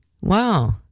Wow